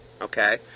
Okay